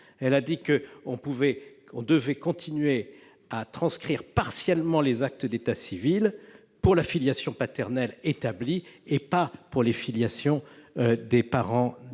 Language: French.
nettement : on doit continuer à transcrire partiellement les actes d'état civil, pour la filiation paternelle établie, et pas pour la filiation des parents d'intention.